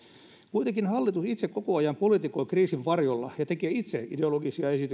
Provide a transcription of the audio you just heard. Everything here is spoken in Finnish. kuitenkin hallitus itse koko ajan politikoi kriisin varjolla ja tekee itse ideologisia esityksiä on